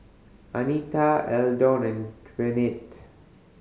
Anita Eldon and Gwyneth